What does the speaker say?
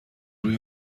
روی